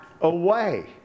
away